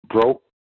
broke